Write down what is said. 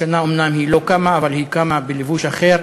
השנה אומנם היא לא קמה, אבל היא קמה בלבוש אחר,